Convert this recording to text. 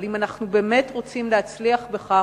אבל אם אנחנו באמת רוצים להצליח בכך,